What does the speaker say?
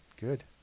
good